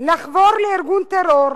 לחבור לארגון טרור,